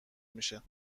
میشه